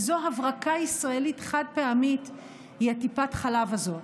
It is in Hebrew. איזו הברקה ישראלית חד-פעמית היא הטיפת חלב הזאת.